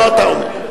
לא אתה אומר.